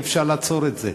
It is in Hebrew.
אי-אפשר לעצור את זה,